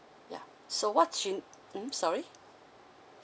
ya so what she mm sorry